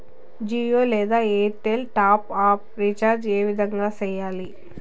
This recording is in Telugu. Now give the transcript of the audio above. జియో లేదా ఎయిర్టెల్ టాప్ అప్ రీచార్జి ఏ విధంగా సేయాలి